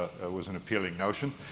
was an appealing notion,